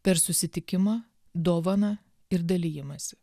per susitikimą dovaną ir dalijimąsi